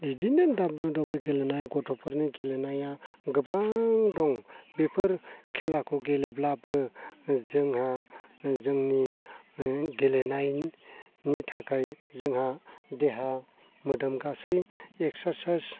बिदिनो W W गेलेनाय गथ'फोरनि गेलेनाया गोबां दं बेफोर खेलाखौ गेलेब्लाबो जोंहा जोंनि गेलेनायनि थाखाय जोंहा देहा मोदोम गासै एक्सारसायज